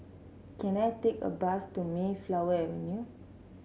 can I take a bus to Mayflower Avenue